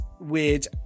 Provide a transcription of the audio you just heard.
weird